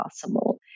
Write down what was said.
possible